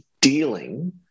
dealing